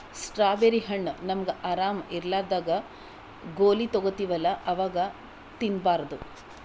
strawberry ಹಣ್ಣ್ ನಮ್ಗ್ ಆರಾಮ್ ಇರ್ಲಾರ್ದಾಗ್ ಗೋಲಿ ತಗೋತಿವಲ್ಲಾ ಅವಾಗ್ ತಿನ್ಬಾರ್ದು